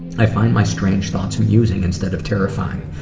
i find my strange thoughts amusing, instead of terrifying,